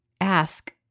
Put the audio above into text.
ask